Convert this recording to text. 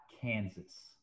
Kansas